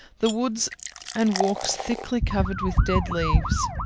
the woods and walks thickly covered with dead leaves.